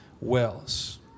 wells